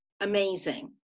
amazing